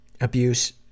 abuse